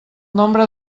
nombre